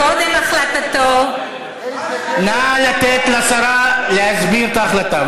קודם החלטתו, נא לתת לשרה להסביר את ההחלטה.